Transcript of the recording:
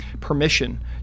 permission